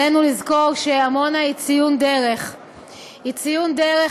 עלינו לזכור שעמונה היא ציון דרך,